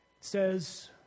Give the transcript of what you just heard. says